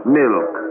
milk